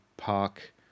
park